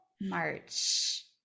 March